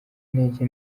intege